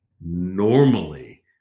normally